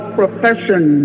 profession